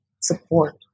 support